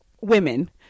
women